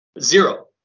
Zero